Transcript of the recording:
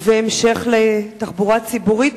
ובהמשך לתחבורה ציבורית,